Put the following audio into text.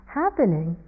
happening